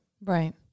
right